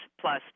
plus